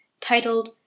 titled